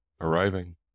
arriving